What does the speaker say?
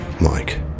Mike